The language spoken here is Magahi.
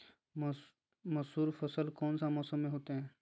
मसूर फसल कौन सा मौसम में होते हैं?